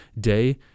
day